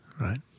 Right